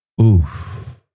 Oof